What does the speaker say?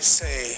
say